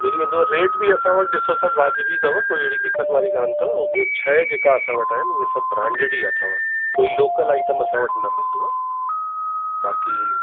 मिली वेंदव रेट बि असां वटि ॾिसो सभु वाजिबी अथव कोई अहिड़ी दिक़तु वारी कोन्ह अथव ॿियो शइ जेका असां वटि आहिनि उहे सभु ब्रांड्रेड ई अथव कोई लोकल आइटम असां वटि न मिलंदव बाक़ी